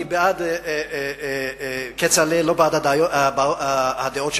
אני בעד כצל'ה, לא בעד הדעות שלו.